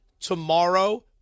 tomorrow